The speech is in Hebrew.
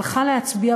הלכה להצביע,